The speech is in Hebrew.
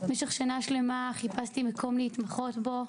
במשך שנה שלמה חיפשתי מקום להתמחות בו,